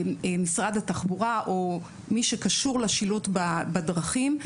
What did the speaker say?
ומשרד התחבורה, או מי שקשור לשילוט בדרכים.